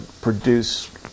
produce